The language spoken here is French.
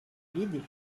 l’aider